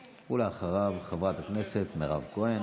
ואחריו, חברת הכנסת מירב כהן.